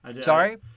sorry